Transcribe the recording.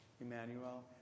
Emmanuel